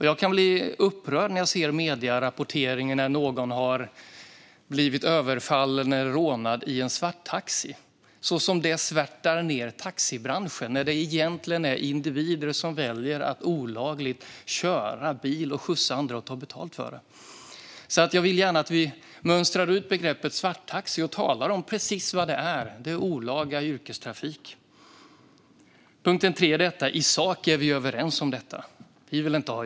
Jag kan bli upprörd när jag ser medierapporteringen om att någon blivit överfallen eller rånad i en svarttaxi. Som det svärtar ned taxibranschen när det egentligen handlar om att individer väljer att olagligt köra bil, skjutsa andra och ta betalt för det! Jag vill gärna att vi mönstrar ut begreppet svarttaxi och talar om vad det är, nämligen olaga yrkestrafik. Min tredje punkt är att vi i sak är överens om detta. Vi vill inte ha det.